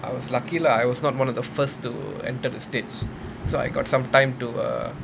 I was lucky lah I was not one of the first to enter the stages so I got some time to err